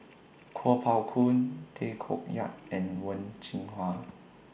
Kuo Pao Kun Tay Koh Yat and Wen Jinhua